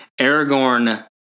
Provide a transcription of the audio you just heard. Aragorn